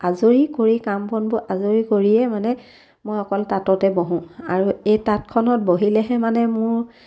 আজৰি কৰি কাম বনবোৰ আজৰি কৰিয়েই মানে মই অকল তাঁততে বহোঁ আৰু এই তাঁতখনত বহিলেহে মানে মোৰ